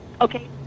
Okay